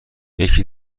یکی